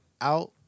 out